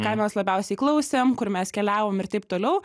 ką mes labiausiai klausėm kur mes keliavom ir taip toliau